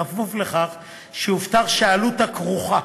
בכפוף לכך שיובטח שהעלות הכרוכה